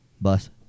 bus